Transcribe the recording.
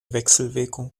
wechselwirkung